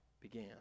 began